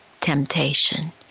temptation